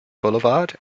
boulevard